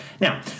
Now